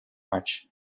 march